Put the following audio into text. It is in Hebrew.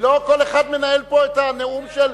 לא כל אחד מנהל פה את הנאום של,